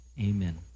Amen